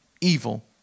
evil